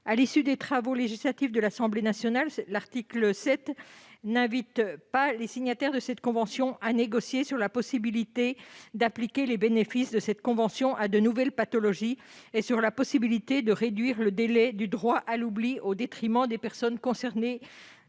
À l'issue des travaux législatifs de l'Assemblée nationale, l'article 7 ne permet toujours pas aux signataires de cette convention de négocier sur la possibilité d'en appliquer les bénéfices à de nouvelles pathologies et sur la possibilité de réduire le délai du droit à l'oubli, au détriment des personnes concernées